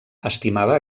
estimava